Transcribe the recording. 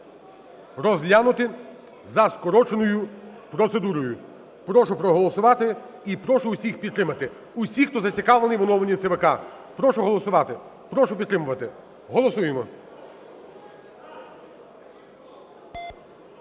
розглянути за скороченою процедурою. Прошу проголосувати. І прошу усіх підтримати, усіх хто зацікавлений в оновленні ЦВК. Прошу голосувати. Прошу підтримувати. Голосуємо.